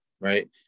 right